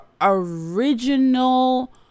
original